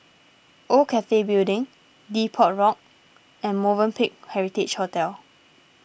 Old Cathay Building Depot Walk and Movenpick Heritage Hotel